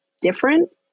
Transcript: different